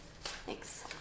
Thanks